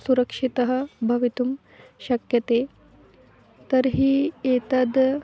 सुरक्षितः भवितुं शक्यते तर्हि एतद्